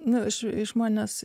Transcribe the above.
na aš išmonės